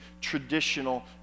traditional